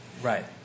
Right